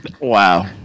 Wow